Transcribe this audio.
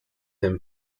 him